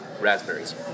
Raspberries